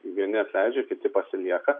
vieni atleidžia kiti pasilieka